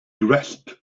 grasped